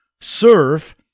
serve